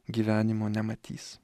gyvenimo nematys